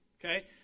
Okay